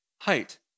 height